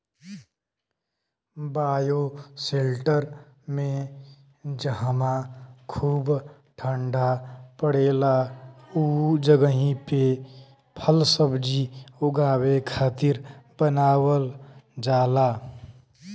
bioshelter में जहवा खूब ठण्डा पड़ेला उ जगही पे फलसब्जी उगावे खातिर बनावल जाला